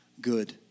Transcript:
good